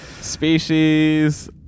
Species